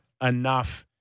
enough